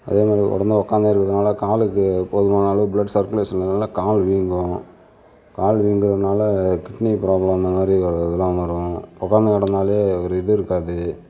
அதே மாதிரி உட்காந்தே இருக்கிறதுனால காலுக்கு போதுமான அளவு பிளட் சர்க்குலேஷன் இல்லைனால கால் வீங்கும் கால் வீங்குறதனால கிட்னி ப்ராப்ளம் அந்த மாதிரி ஒரு இதுலாம் வரும் உட்காந்து கடந்தாலே ஒரு இது இருக்காது